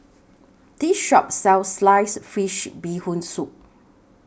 This Shop sells Sliced Fish Bee Hoon Soup